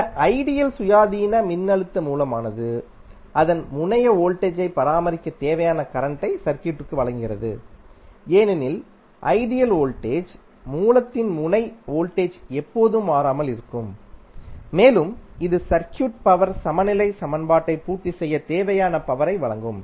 இந்த இடத்தில் ஐடியல் சுயாதீன மின்னழுத்த மூலமானது அதன் முனைய வோல்டேஜை பராமரிக்க தேவையான கரண்ட்டை சர்க்யூடிற்கு வழங்குகிறது ஏனெனில் ஐடியல் வோல்டேஜ் மூலத்தில் முனைய வோல்டேஜ் எப்போதும் மாறாமல் இருக்கும் மேலும் இது சர்க்யூடில் பவர் சமநிலை சமன்பாட்டை பூர்த்தி செய்ய தேவையான பவர் யை வழங்கும்